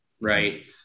right